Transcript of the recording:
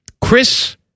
Chris